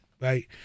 right